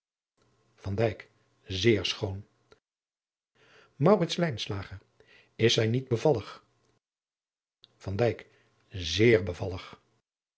zeer schoon maurits lijnslager is zij niet bevallig van dijk zeer bevallig